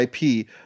IP